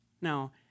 Now